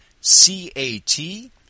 C-A-T